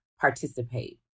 participate